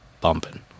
bumping